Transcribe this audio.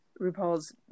RuPaul's